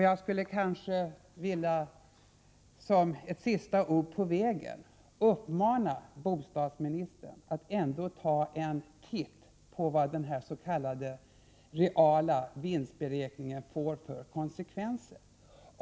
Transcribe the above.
Jag skulle som ett sista ord på vägen till bostadsministern vilja uppmana honom att ta ännu en titt på vad denna s.k. reala vinstberäkning får för konsekvenser.